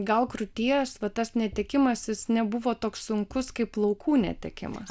gal krūties va tas netekimas jis nebuvo toks sunkus kaip plaukų netekimas